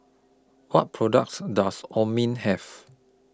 What products Does Have